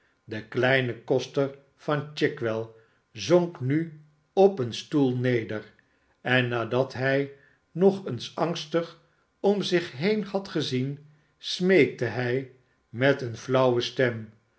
de kleine koster van chig well zonk nu op een stoel neder en nadat hij nog eens angstig om zich heen had gezien smeekte hij met eene flauwe stem